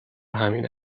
همین